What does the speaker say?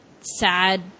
sad